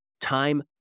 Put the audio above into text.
time